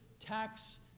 tax